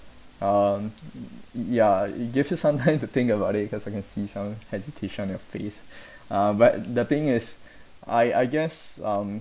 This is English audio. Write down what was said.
um ya it gives you some time to think about it cause I can see some hesitation on your face uh but the thing is I I guess um